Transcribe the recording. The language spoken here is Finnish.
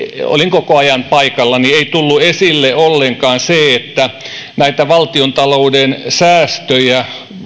koko ajan paikalla ei tullut esille ollenkaan se että näitä valtiontalouden säästöjen